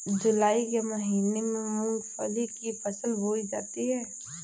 जूलाई के महीने में मूंगफली की फसल बोई जाती है